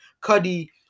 cuddy